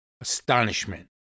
Astonishment